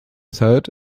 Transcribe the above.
third